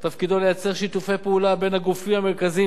שתפקידו ליצור שיתופי פעולה בין הגופים המרכזיים